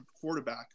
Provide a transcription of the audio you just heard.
quarterback